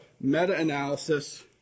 meta-analysis